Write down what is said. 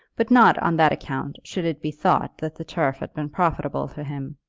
but not, on that account, should it be thought that the turf had been profitable to him.